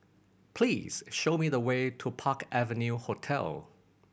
please show me the way to Park Avenue Hotel